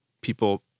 people